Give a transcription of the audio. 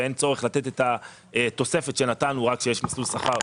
ואין צורך לתת את התוספת שנתנו רק כשיש "מסלול שכר".